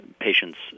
patients